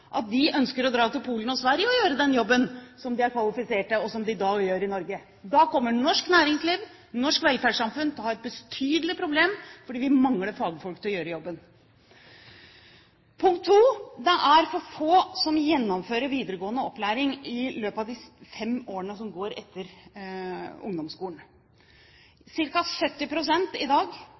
at de ønsker å dra til Polen og Sverige og gjøre den jobben som de er kvalifisert for, og som de i dag gjør i Norge. Da kommer norsk næringsliv og det norske velferdssamfunnet til å ha et betydelig problem fordi vi mangler fagfolk til å gjøre jobben. Det andre er at det er for få som gjennomfører videregående opplæring i løpet av de fem første årene etter ungdomsskolen – ca. 70 pst. i dag,